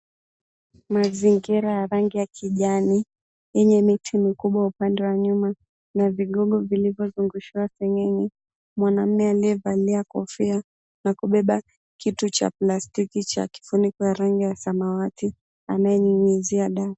Mazingira ya rangi ya kijani, yenye miti mikubwa upande wa nyuma na vigogo vilivyozungushwa seng'ng'e, mwanamume anayevalia kofia na kubeba kitu cha plastiki cha kifuniko cha rangi ya samawati anayenyunyizia dawa.